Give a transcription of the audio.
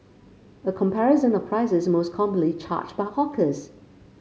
a comparison of prices most commonly charged by hawkers